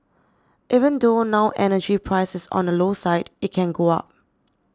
even though now energy price is on the low side it can go up